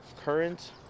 current